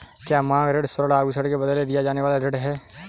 क्या मांग ऋण स्वर्ण आभूषण के बदले दिया जाने वाला ऋण है?